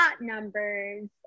numbers